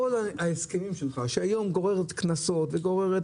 כל ההסכמים שלך שהיום גוררים קנסות וגוררת